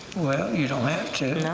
well, you don't have to!